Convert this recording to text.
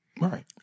Right